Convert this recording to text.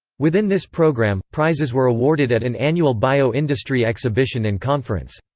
within this programme, prizes were awarded at an annual bio-industry exhibition and conference.